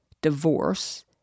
divorce